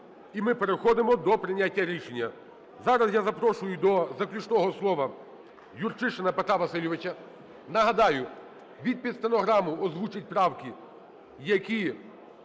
і ми переходимо до прийняття рішення. Зараз я запрошую для заключного слова Юрчишина Петра Васильовича. Нагадаю, він під стенограму озвучить правки, які